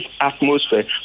atmosphere